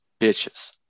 bitches